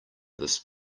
this